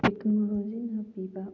ꯇꯦꯛꯅꯣꯂꯣꯖꯤꯅ ꯄꯤꯕ